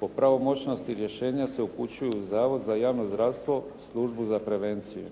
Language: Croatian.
po pravomoćnosti rješenja se upućuju u Zavod za javno zdravstvo, službu za prevenciju.